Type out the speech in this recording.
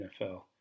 NFL